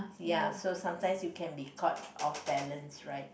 ya so sometimes you can be caught off balance right